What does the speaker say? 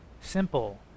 simple